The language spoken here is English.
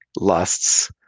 lusts